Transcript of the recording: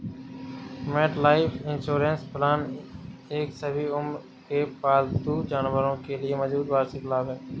MetLife insurance plan एक सभी उम्र के पालतू जानवरों के लिए मजबूत वार्षिक लाभ है